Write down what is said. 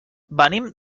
venim